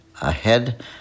ahead